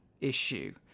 issue